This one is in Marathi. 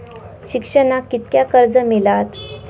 शिक्षणाक कीतक्या कर्ज मिलात?